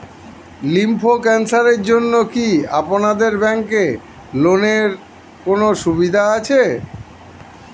Lymph ক্যানসারের জন্য কি আপনাদের ব্যঙ্কে লোনের কোনও সুবিধা আছে?